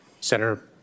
Senator